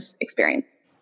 experience